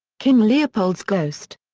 king leopold's ghost.